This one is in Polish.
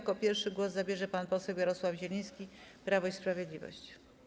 Jako pierwszy głos zabierze pan poseł Jarosław Zieliński, Prawo i Sprawiedliwość.